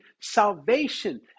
salvation